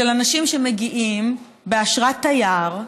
של אנשים שמגיעים באשרת תייר,